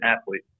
athlete